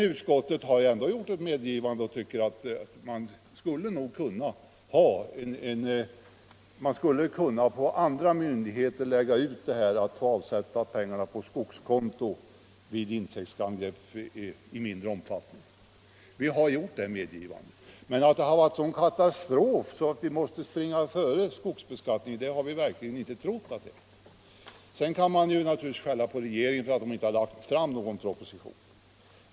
Utskottet har emellertid ändå gjort ett medgivande och tycker att man skulle kunna överlåta avgörandet om insättning på skogskonto vid insektsangrepp i mindre omfattning på andra myndigheter: Vi har alltså gjort det medgivandet, men däremot har vi verkligen inte trott att det här är fråga om en sådan katastrof att vi bör föregripa ställningstagandet till skogsbeskattningens framtida utformning. Sedan kan man naturligtvis skälla på regeringen för att den inte har lagt fram någon proposition.